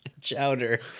Chowder